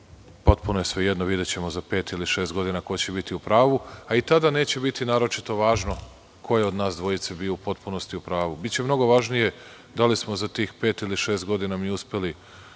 potpuno je svejedno, videćemo za pet ili šest godina ko će biti u pravu, a i tada neće biti naročito važno ko je od nas dvojice bio u potpunosti u pravu. Biće mnogo važnije da li smo za tih pet ili šest godina mi uspeli